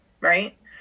right